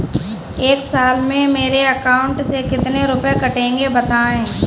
एक साल में मेरे अकाउंट से कितने रुपये कटेंगे बताएँ?